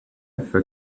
for